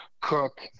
cook